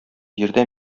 җирдә